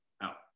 out